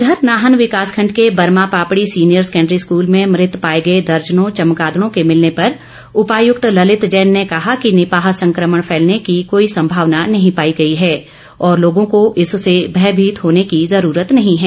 उधर नाहन विकास खंड के बर्मापापड़ी सीनियर सैकेंडरी स्कूल में मृत पाए गए दर्जनों चमगादड़ों के मिलने पर उपायक्त ललित जैन ने कहा कि निपाह संकमण फैलने की कोई संभावना नहीं पाई गई हैं और लोगों को इससे भयभीत होने की ज़रूरत नहीं है